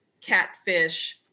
catfish